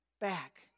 back